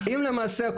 אם למעשה,